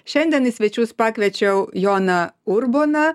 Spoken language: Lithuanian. šiandien į svečius pakviečiau joną urboną